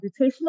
computational